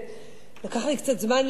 לקח לי קצת זמן להגיע הנה,